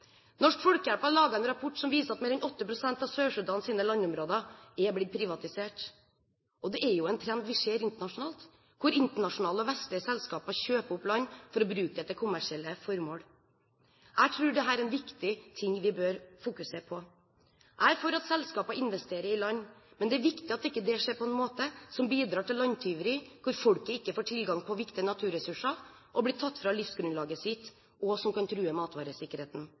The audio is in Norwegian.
Norsk Folkehjelp har laget en rapport som viser at mer enn 80 pst. av Sør-Sudans landområder er blitt privatisert. Det er en trend vi ser internasjonalt, at internasjonale, vestlige selskaper kjøper opp land for å bruke det til kommersielle formål. Jeg tror dette er en viktig ting vi bør fokusere på. Jeg er for at selskaper investerer i land, men det er viktig at det ikke skjer på en måte som bidrar til landtyveri, hvor folket ikke får tilgang på viktige naturressurser og blir fratatt livsgrunnlaget sitt, og det kan true matvaresikkerheten.